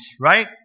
right